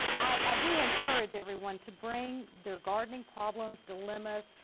i do encourage everyone to bring their gardening problems, dillemas.